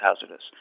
hazardous